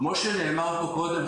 כמו שנאמר פה קודם,